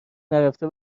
نرفته